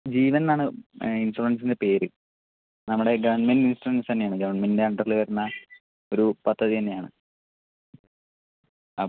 ജീവൻ എന്നാണ് ഇൻഷുറൻസിൻ്റെ പേര് നമ്മുടെ ഗവൺമെൻറ് ഇൻഷുറൻസ് തന്നെയാണ് ഗവൺമെന്റിൻ്റെ അണ്ടറിൽ വരുന്ന ഒരു പദ്ധതി തന്നെയാണ് ആ